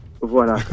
Voilà